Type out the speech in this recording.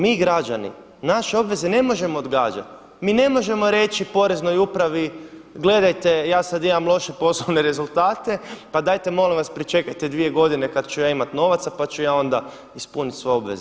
Mi građani, naše obveze ne možemo odgađati, mi ne možemo reći Poreznoj upravi gledajte ja sada imam loše poslovne rezultate pa dajte molim vas pričekajte dvije godine kada ću ja imati novaca pa ću ja onda ispuniti svoje obveze.